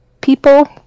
people